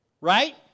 right